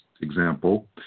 example